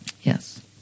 Yes